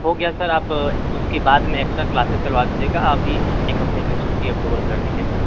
हो गया सर आप उसके बाद में एक्स्ट्रा क्लासेस चलवा दीजिएगा अभी एक हफ्ते के लिए छुट्टी अप्रूवल कर दीजिए सर